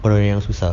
orang yang susah